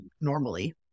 normally